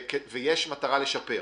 יש מטרה לשפר.